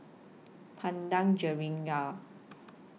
Padang Jeringau